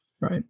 Right